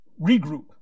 regroup